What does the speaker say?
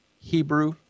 Hebrew